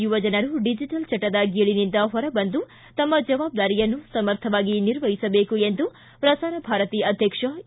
ಯುವಜನರು ಡಿಜೆಟಲ್ ಚಟದ ಗೀಳಿನಿಂದ ಹೊರಬಂದು ತಮ್ಮ ಜವಾಬ್ದಾರಿನ್ನು ಸಮರ್ಥವಾಗಿ ನಿರ್ವಹಿಸಬೇಕು ಎಂದು ಪ್ರಸಾರ ಭಾರತಿ ಅಧ್ಯಕ್ಷ ಡಾಕ್ವರ್ ಎ